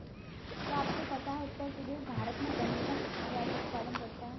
क्या आपको पता है उत्तर प्रदेश भारत में गन्ने का सबसे ज़्यादा उत्पादन करता है?